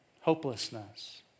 hopelessness